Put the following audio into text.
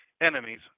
enemies